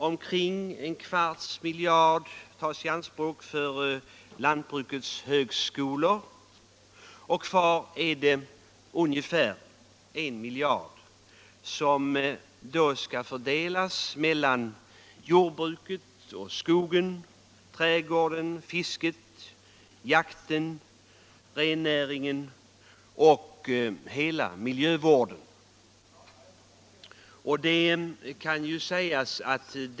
Omkring en kvarts miljard tas i anspråk för lantbrukets högskolor, och kvar är ungefär 1 miljard, som då skall fördelas mellan jordbruket, skogen, trädgården, fisket, jakten, rennäringen och hela miljövården.